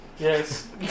Yes